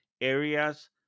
areas